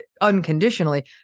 unconditionally